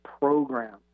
program